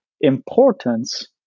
importance